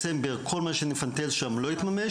דצמבר; כל מה שנפנטז שם לא יתממש.